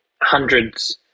hundreds